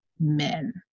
men